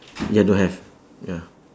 ya don't have ya